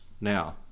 now